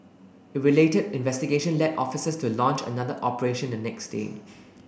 a related investigation led officers to launch another operation the next day